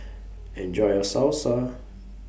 Enjoy your Salsa